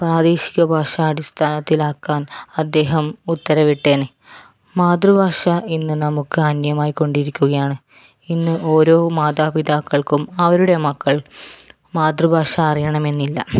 പ്രാദേശിക ഭാഷ അടിസ്ഥാനത്തിൽ ആക്കാൻ അദ്ദേഹം ഉത്തരവിട്ടേനെ മാതൃഭാഷ ഇന്ന് നമുക്ക് അന്യമായിക്കൊണ്ടിരിക്കുകയാണ് ഇന്ന് ഓരോ മാതാപിതാക്കൾക്കും അവരുടെ മക്കൾ മാതൃഭാഷ അറിയണമെന്നില്ല